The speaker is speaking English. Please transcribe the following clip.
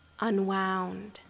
unwound